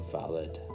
valid